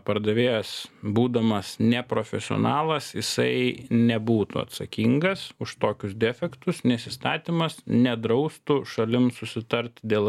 pardavėjas būdamas neprofesionalas jisai nebūtų atsakingas už tokius defektus nes įstatymas nedraustų šalim susitart dėl